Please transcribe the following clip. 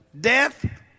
Death